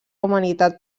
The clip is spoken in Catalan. humanitat